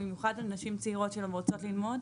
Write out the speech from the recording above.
במיוחד על נשים צעירות שגם רוצות ללמוד.